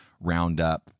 roundup